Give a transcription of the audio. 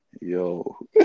Yo